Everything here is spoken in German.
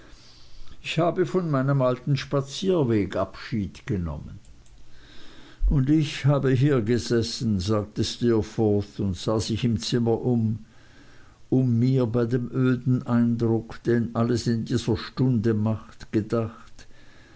ich habe von meinem alten spazierweg abschied genommen und ich habe hier gesessen sagte steerforth und sah sich im zimmer um und mir bei dem öden eindruck den alles in dieser stunde macht gedacht